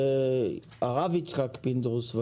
הרב יצחק פינדרוס.